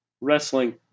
Wrestling